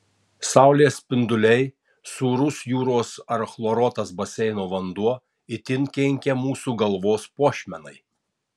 saulės spinduliai sūrus jūros ar chloruotas baseino vanduo itin kenkia mūsų galvos puošmenai